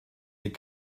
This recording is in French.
des